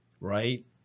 Right